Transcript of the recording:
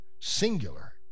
singular